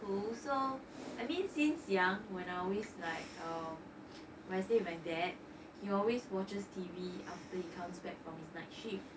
oh so I mean since young when I always like um where I stayed with my dad he always watches T_V after he comes back from his night shift